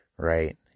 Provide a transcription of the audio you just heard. Right